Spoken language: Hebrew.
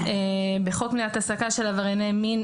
שבחוק מניעת העסקה של עברייני מין